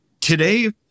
Today